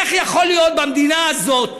איך יכול להיות במדינה הזאת